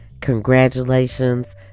Congratulations